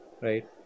Right